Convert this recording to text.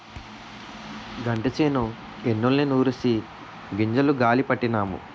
గంటిసేను ఎన్నుల్ని నూరిసి గింజలు గాలీ పట్టినాము